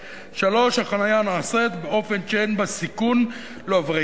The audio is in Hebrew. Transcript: (3) החנייה נעשית באופן שאין בה סיכון לעוברי